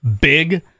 big